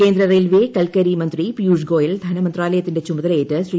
കേന്ദ്ര റെയിൽവെ കൽക്കരി മന്ത്രി പിയൂഷ് ഗോയൽ ധനമന്ത്രാല യത്തിന്റെ ചുമതലയേറ്റ് ശ്രീ